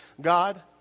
God